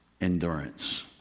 endurance